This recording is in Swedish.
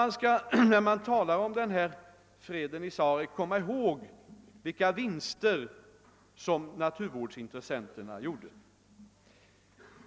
När man talar om freden i Sarek skall man alltså komma ihåg vilka vinster som naturvårdsintressenterna gjorde.